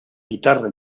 guitarra